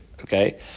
okay